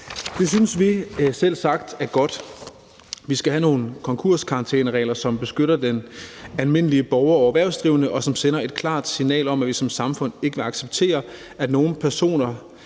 Det synes vi selvsagt er godt. Vi skal have nogle konkurskarantæneregler, som beskytter den almindelige borger og erhvervsdrivende, og som sender et klart signal om, at vi som samfund ikke vil acceptere, at nogle personer